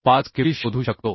5KB शोधू शकतो